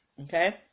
okay